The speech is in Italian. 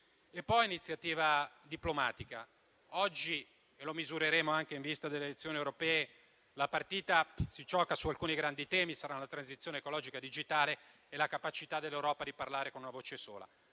è l'iniziativa diplomatica: oggi - e lo misureremo anche in vista delle elezioni europee - la partita si gioca su alcuni grandi temi, come la transizione ecologica e digitale e la capacità dell'Europa di parlare con una voce sola.